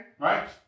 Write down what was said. right